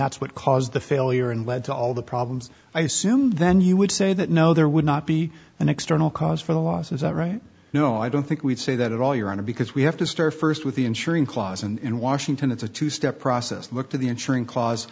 that's what caused the failure and led to all the problems i assumed then you would say that no there would not be an external cause for the loss is that right no i don't think we'd say that at all your honor because we have to start first with the insuring clause and in washington it's a two step process look to the insuring clause